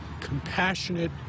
compassionate